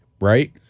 right